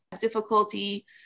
Difficulty